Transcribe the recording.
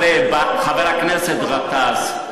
חבר הכנסת גטאס,